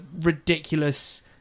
ridiculous